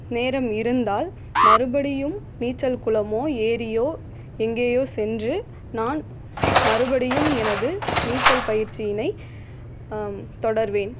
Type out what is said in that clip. நேரம் இருந்தால் மறுபடியும் நீச்சல் குளமோ ஏரியோ எங்கேயோ சென்று நான் மறுபடியும் எனது நீச்சல் பயிற்சியினை தொடர்வேன்